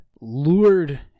lured